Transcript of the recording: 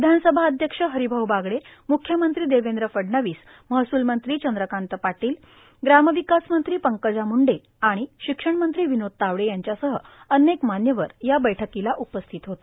विधानसभा अध्यक्ष हारभाऊ बागडे मुख्यमंत्री देवद्र फडणवीस महसूल मंत्री चंद्रकांत पाटोल ग्रार्मावकास मंत्री पंकजा मुंडे र्राण शिक्षणमंत्री र्विनोद तावडे यांच्यासह अनेक मान्यवर या बैठकाला उपस्थित होते